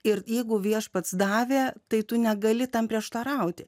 ir jeigu viešpats davė tai tu negali tam prieštarauti